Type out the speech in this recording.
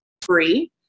free